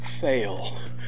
fail